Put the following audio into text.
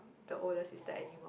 the older sister anymore